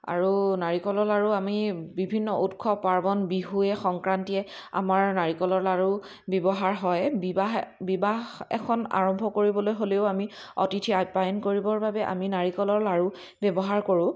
আৰু নাৰিকলৰ লাড়ু আমি বিভিন্ন উৎসৱ পাৰ্বন বিহুৱে সংক্ৰান্তিয়ে আমাৰ নাৰিকলৰ লাড়ু ব্যৱহাৰ হয় বিবাহ বিবাহ এখন আৰম্ভ কৰিবলৈ হ'লেও আমি অতিথি আপ্যায়ন কৰিবৰ বাবে আমি নাৰিকলৰ লাড়ু ব্যৱহাৰ কৰোঁ